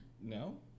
No